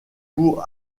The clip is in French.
pour